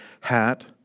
hat